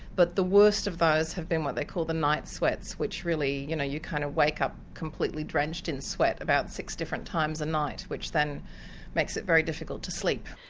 but the worst of those have been what they call the night sweats which really you know you kind of wake up completely drenched in sweat about six different times a night which then makes it very difficult to sleep.